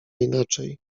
inaczej